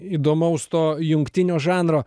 įdomaus to jungtinio žanro